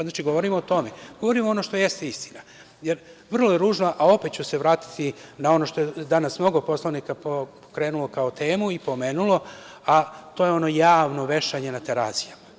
Znači, govorimo o tome, govorim ono što jeste istina, jer vrlo je ružno, a opet ću se vratiti na ono što je danas mnogo poslanika pokrenulo, kao temu, i pomenulo, a to je javno vešanje na Terazijama.